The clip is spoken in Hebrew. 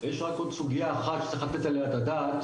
יש רק עוד סוגיה אחת שצריך לתת עליה את הדעת,